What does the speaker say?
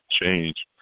change